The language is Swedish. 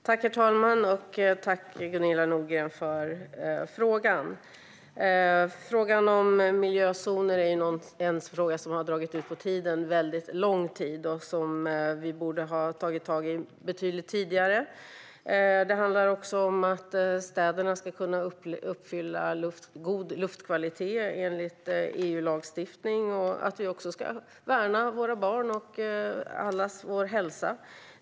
Herr talman! Tack, Gunilla Nordgren, för frågan! Frågan om miljözoner har dragit ut på tiden väldigt länge, och vi borde ha tagit tag i den betydligt tidigare. Det handlar om att städerna ska kunna uppfylla kraven om god luftkvalitet enligt EU-lagstiftning och att vi ska värna våra barns och allas vår hälsa.